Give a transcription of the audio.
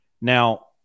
Now